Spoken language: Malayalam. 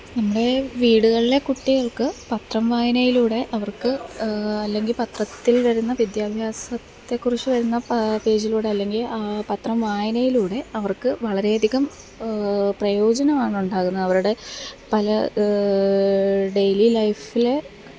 നമ്മുടെ വീടുകളിലെ കുട്ടികള്ക്ക് പത്രം വായനയിലൂടെ അവര്ക്ക് അല്ലെങ്കിൽ പത്രത്തിൽ വരുന്ന വിദ്യാഭ്യാസത്തെക്കുറിച്ചു വരുന്ന പേജിലൂടെ അല്ലെങ്കില് പത്രം വായനയിലൂടെ അവര്ക്ക് വളരെ അധികം പ്രയോജനമുണ്ടാകുന്ന അവരുടെ പല ഡെയിലി ലൈഫിലെ